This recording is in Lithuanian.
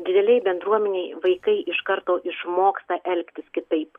didelėj bendruomenėj vaikai iš karto išmoksta elgtis kitaip